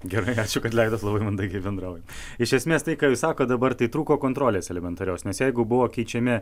gerai ačiū kad leidot labai mandagiai bendraujat iš esmės tai ką jūs sakot dabar tai trūko kontrolės elementarios nes jeigu buvo keičiami